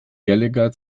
gallagher